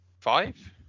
five